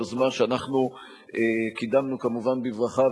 יוזמה שאנחנו קידמנו כמובן בברכה,